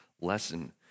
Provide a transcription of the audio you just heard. lesson